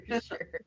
sure